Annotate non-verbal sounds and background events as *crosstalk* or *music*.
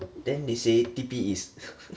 then they say T_P is *laughs*